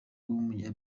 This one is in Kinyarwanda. w’umunya